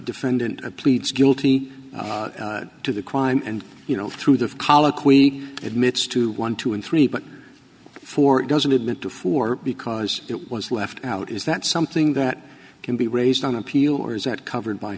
defendant pleads guilty to the crime and you know through the colloquy admits to one two and three but four doesn't admit to four because it was left out is that something that can be raised on appeal or is that covered by